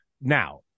now